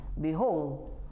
Behold